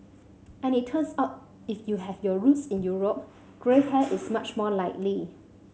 and it turns out if you have your roots in Europe grey hair is much more likely